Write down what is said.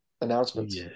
announcements